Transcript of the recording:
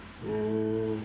mm